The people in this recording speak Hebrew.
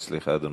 סליחה, אדוני.